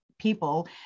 people